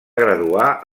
graduar